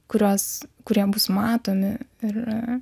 kuriuos kurie bus matomi ir